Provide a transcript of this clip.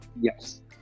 Yes